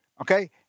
Okay